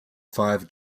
five